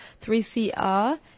3CR